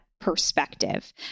perspective